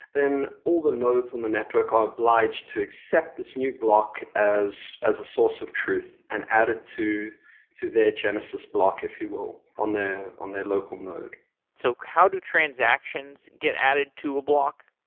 then all the nodes in the network are obliged to accept this new block as as a source of truth and add it to to their genesis block, if you will, on their on their local node so how do transactions get added to a block?